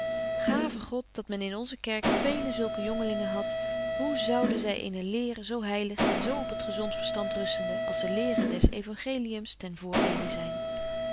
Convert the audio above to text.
gave god dat men in onze kerk vele zulke jongelingen hadt hoe zouden zy eene lere zo heilig en zo op het gezont verstand rustende als de lere des euangeliums ten voordeele zyn